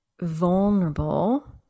vulnerable